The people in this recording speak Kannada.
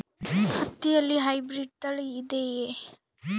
ಹತ್ತಿಯಲ್ಲಿ ಹೈಬ್ರಿಡ್ ತಳಿ ಇದೆಯೇ?